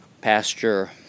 Pasture